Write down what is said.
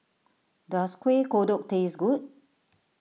does Kueh Kodok taste good